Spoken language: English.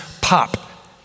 pop